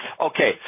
Okay